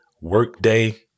workday